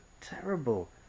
terrible